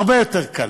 הרבה יותר קל.